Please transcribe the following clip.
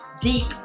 deep